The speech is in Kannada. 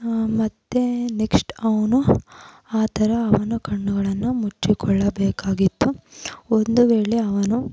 ಮತ್ತೆ ನೆಕ್ಸ್ಟ್ ಅವನು ಆ ಥರ ಅವನ ಕಣ್ಣುಗಳನ್ನು ಮುಚ್ಚಿಕೊಳ್ಳಬೇಕಾಗಿತ್ತು ಒಂದು ವೇಳೆ ಅವನು